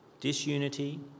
disunity